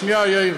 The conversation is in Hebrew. שנייה, יאיר,